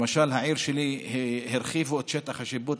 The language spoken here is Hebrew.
למשל בעיר שלי הרחיבו את שטח השיפוט,